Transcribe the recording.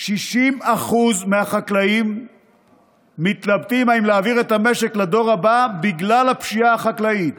60% מהחקלאים מתלבטים אם להעביר את המשק לדור הבא בגלל הפשיעה החקלאית.